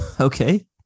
Okay